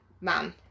man